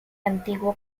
antiguo